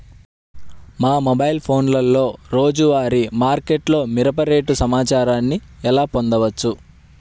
మా మొబైల్ ఫోన్లలో రోజువారీ మార్కెట్లో మిరప రేటు సమాచారాన్ని ఎలా పొందవచ్చు?